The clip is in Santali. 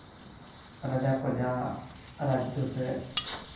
ᱨᱟᱡᱟ ᱠᱚ ᱡᱟᱦᱟᱸ ᱨᱟᱡᱽᱡᱚ ᱥᱮ